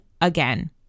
again